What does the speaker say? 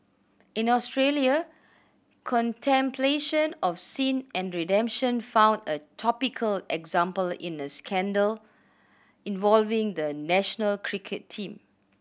in Australia contemplation of sin and redemption found a topical example in a scandal involving the national cricket team